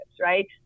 right